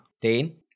Dean